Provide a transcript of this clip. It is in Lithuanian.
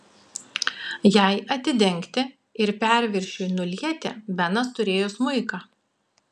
jai atidengti ir perviršiui nulieti benas turėjo smuiką